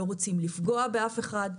לא רוצים לפגוע באף אחד.